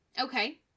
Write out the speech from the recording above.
Okay